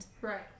Right